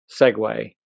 segue